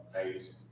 amazing